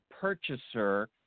purchaser